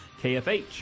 KFH